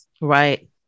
Right